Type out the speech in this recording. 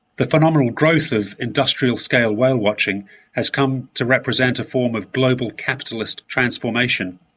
the phenomenal growth of industrial-scale whale watching has come to represent a form of global capitalist transformation.